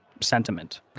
sentiment